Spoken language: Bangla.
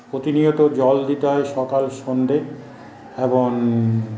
প্রতিনিয়ত জল দিতে হয় সকাল সন্ধ্যে এবং